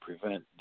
prevent